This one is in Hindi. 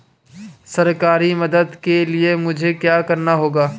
सरकारी मदद के लिए मुझे क्या करना होगा?